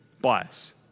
Bias